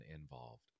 involved